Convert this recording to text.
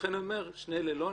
לכן אני אומר, שני אלה לא.